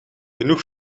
genoeg